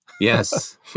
Yes